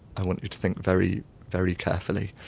i want you to think very very carefully,